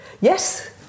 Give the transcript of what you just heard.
Yes